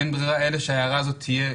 אין ברירה אלא שההערה הזאת תהיה